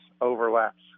overlaps